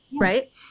right